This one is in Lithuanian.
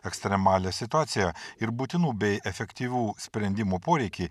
ekstremalią situaciją ir būtinų bei efektyvių sprendimų poreikį